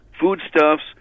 foodstuffs